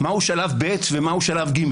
מהו שלב ב' ומהו שלב ג'.